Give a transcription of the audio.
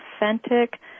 authentic